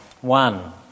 One